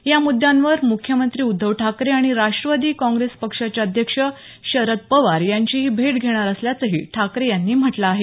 या मुद्यांवर मुख्यमंत्री उद्धव ठाकरे आणि राष्ट्रवादी काँग्रेस पक्षाचे अध्यक्ष शरद पवार यांचीही भेट घेणार असल्याचंही ठाकरे यांनी म्हटलं आहे